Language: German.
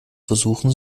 versuchen